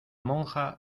monja